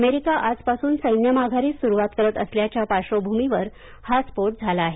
America आजपासून सैन्य माघारीस सुरुवात करणार असल्याच्या पार्श्वभूमीवर हा स्फोट झाला आहे